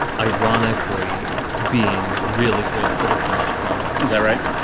ironically, being really good for the finished product is right.